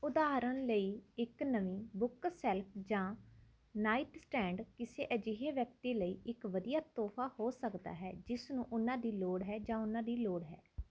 ਉਦਾਹਰਣ ਲਈ ਇੱਕ ਨਵੀਂ ਬੁੱਕਸ਼ੈਲਫ ਜਾਂ ਨਾਈਟਸਟੈਂਡ ਕਿਸੇ ਅਜਿਹੇ ਵਿਅਕਤੀ ਲਈ ਇੱਕ ਵਧੀਆ ਤੋਹਫ਼ਾ ਹੋ ਸਕਦਾ ਹੈ ਜਿਸ ਨੂੰ ਉਹਨਾਂ ਦੀ ਲੋੜ ਹੈ ਜਾਂ ਉਹਨਾਂ ਦੀ ਲੋੜ ਹੈ